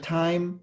time